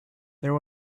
there